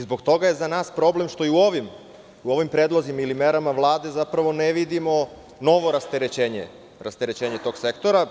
Zbog toga je za nas problem što i u ovim predlozima ili merama Vlade zapravo ne vidimo novo rasterećenje tog sektora.